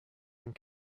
and